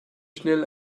schnell